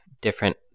different